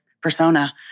persona